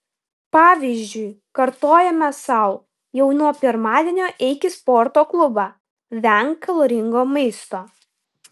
pavyzdžiui kartojame sau jau nuo pirmadienio eik į sporto klubą venk kaloringo maisto